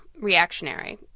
reactionary